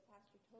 Pastor